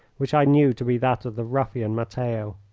which i knew to be that of the ruffian, matteo.